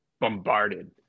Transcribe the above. bombarded